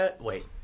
Wait